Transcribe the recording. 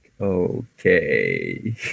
Okay